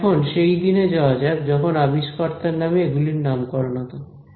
এখন সেই দিনে যাওয়া যাক যখন আবিষ্কর্তার নামে এগুলির নামকরণ হতো